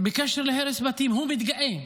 בקשר להרס בתים, הוא מתגאה.